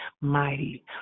mighty